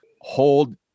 hold